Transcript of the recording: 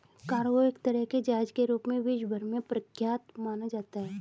cargo एक तरह के जहाज के रूप में विश्व भर में प्रख्यात माना जाता है